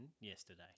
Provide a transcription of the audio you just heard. yesterday